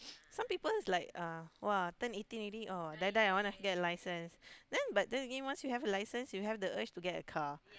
some people is like uh !wah! turn eighteen already oh die die I want must get a licence then but then again once you get a licence you have the urge to get a car